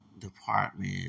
department